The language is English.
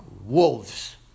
wolves